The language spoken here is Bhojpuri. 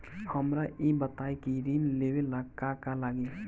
हमरा ई बताई की ऋण लेवे ला का का लागी?